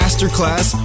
Masterclass